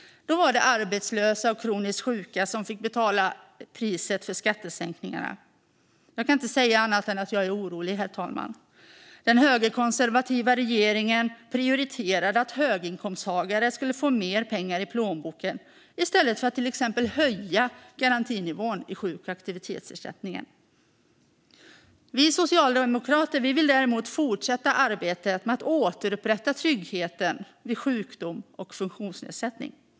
Då var det arbetslösa och kroniskt sjuka som fick betala priset för skattesänkningarna. Jag kan inte säga annat än att jag är orolig, herr talman. Den högerkonservativa regeringen prioriterade att höginkomsttagare skulle få mer pengar i plånboken i stället för att till exempel höja garantinivån i sjuk och aktivitetsersättningen. Vi socialdemokrater vill däremot fortsätta arbetet med att återupprätta tryggheten vid sjukdom och funktionsnedsättning.